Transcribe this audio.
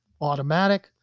automatic